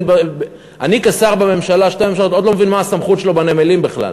אני כשר בשתי ממשלות עוד לא מבין מה הסמכות שלו בנמלים בכלל.